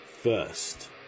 First